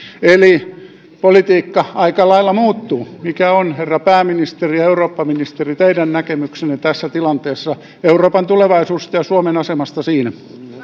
eli politiikka aika lailla muuttuu mikä on herra pääministeri ja herra eurooppaministeri teidän näkemyksenne tässä tilanteessa euroopan tulevaisuudesta ja suomen asemasta siinä